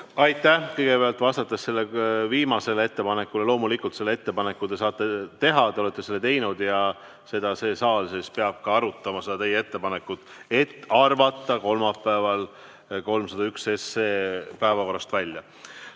Aitäh! Kõigepealt, vastates viimasele ettepanekule: loomulikult, selle ettepaneku te saate teha, te olete selle teinud ja seda see saal peab ka arutama, seda teie ettepanekut, et arvata kolmapäeval 301 SE päevakorrast välja.